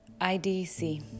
IDC